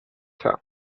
town